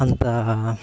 అంత